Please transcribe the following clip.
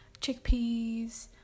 chickpeas